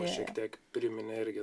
šiek tiek priminė irgi